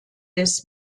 des